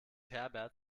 herbert